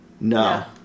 No